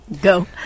go